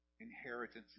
inheritance